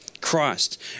Christ